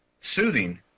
soothing